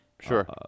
sure